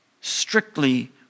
strictly